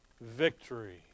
victory